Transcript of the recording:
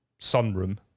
sunroom